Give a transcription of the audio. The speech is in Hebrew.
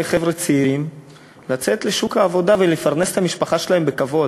חבר'ה צעירים לצאת לשוק העבודה ולפרנס את המשפחות שלהם בכבוד.